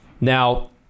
Now